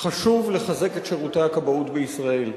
חשוב לחזק את שירותי הכבאות בישראל.